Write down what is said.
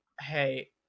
Hey